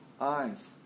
eyes